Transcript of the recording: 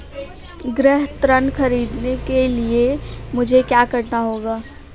गृह ऋण ख़रीदने के लिए मुझे क्या करना होगा?